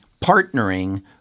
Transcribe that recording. partnering